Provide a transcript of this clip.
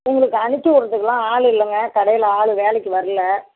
உங்களுக்கு அனுப்பி விட்றதுக்குலாம் ஆள் இல்லைங்க கடையில் ஆள் வேலைக்கு வரல